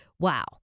Wow